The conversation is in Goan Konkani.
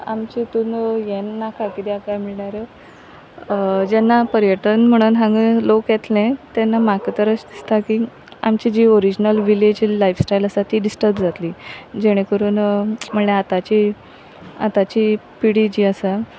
आमचे हेतून हें नाका कित्याक काय म्हणल्यार जेन्ना पर्यटन म्हणोन हांग येतले तेन्ना म्हाका तर अशें दिसता की आमची जी ओरिजनल विलेज लायफस्टायल आसा ती डिस्टर्ब जातली जेणे करून म्हळ्यार आताची आताची पिढी जी आसा